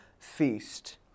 Feast